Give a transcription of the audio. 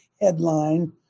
headline